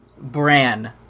Bran